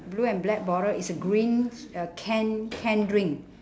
blue and black bottle is a green s~ uh can canned drink